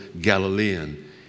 Galilean